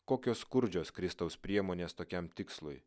kokios skurdžios kristaus priemonės tokiam tikslui